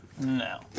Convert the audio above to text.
No